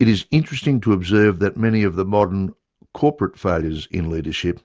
it is interesting to observe that many of the modern corporate failures in leadership